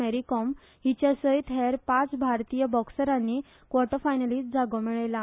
मेरी कॉम हिच्या सयत हेर पाच भारतीय बॉक्सरानी क्वॉर्टरफायनलीत जागो मेळयला